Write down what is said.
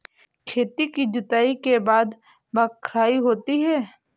खेती की जुताई के बाद बख्राई होती हैं?